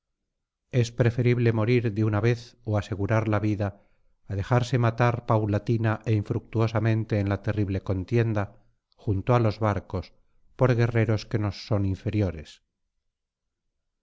es preferible morir de una vez ó asegurar la vida á dejarse matar paulatina é infructuosamente en la terrible contienda junto á los barcos por guerreros que nos son inferiores